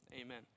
amen